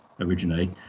originally